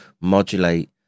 modulate